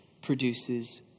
produces